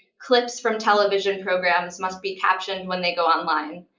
clips from television programs must be captioned when they go online.